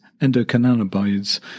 endocannabinoids